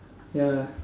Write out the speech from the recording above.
ya